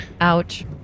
ouch